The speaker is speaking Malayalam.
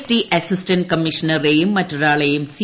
ടി അസിസ്റ്റന്റ് കമ്മീഷണറേയും മറ്റൊരാളെയും സി